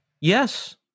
Yes